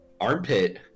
Armpit